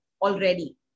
already